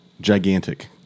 Gigantic